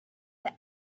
the